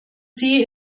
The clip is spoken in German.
sie